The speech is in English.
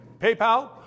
PayPal